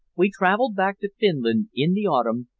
we traveled back to finland in the autumn,